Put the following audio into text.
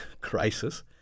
crisis